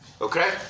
okay